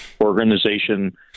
organization